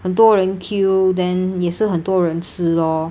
很多人 queue then 也是很多人吃 lor